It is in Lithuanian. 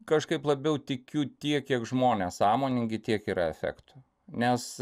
kažkaip labiau tikiu tiek kiek žmonės sąmoningi tiek yra efekto nes